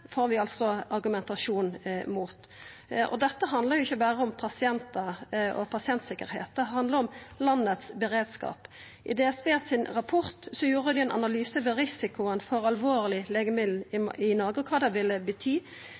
får vi altså argumentasjon mot. Dette handlar jo ikkje berre om pasientar og pasientsikkerheit, det handlar om landets beredskap. I rapporten frå Direktoratet for samfunnstryggleik og beredskap gjorde dei ein analyse av risikoen for alvorleg legemiddelmangel i Noreg og kva det ville bety.